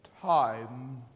time